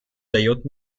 дает